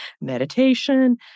meditation